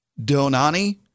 Donani